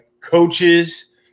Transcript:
coaches